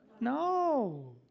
No